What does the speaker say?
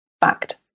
fact